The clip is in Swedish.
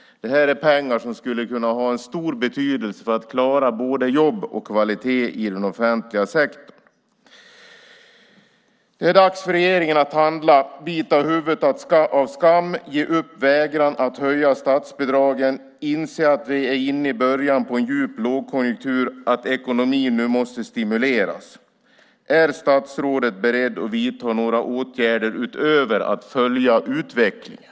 Det är pengar som skulle kunna ha en stor betydelse för att klara både jobb och kvalitet i den offentliga sektorn. Det är dags för regeringen att handla, att bita huvudet av skammen, att ge upp vägran att höja statsbidragen och inse att vi är inne i början av en djup lågkonjunktur så att ekonomin nu måste stimuleras. Är statsrådet beredd att vidta några åtgärder utöver att följa utvecklingen?